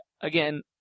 Again